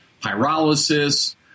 pyrolysis